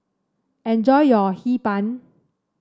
enjoy your Hee Pan